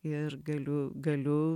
ir galiu galiu